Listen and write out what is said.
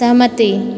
सहमति